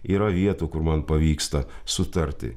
yra vietų kur man pavyksta sutarti